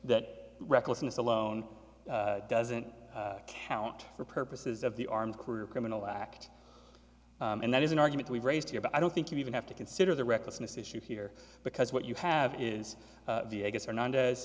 that recklessness alone doesn't count for purposes of the armed career criminal act and that is an argument we've raised here but i don't think you even have to consider the recklessness issue here because what you have is the i guess or not has